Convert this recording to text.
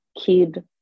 kid